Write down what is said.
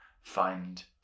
find